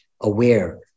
aware